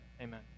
amen